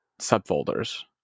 subfolders